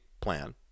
plan